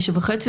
09:30,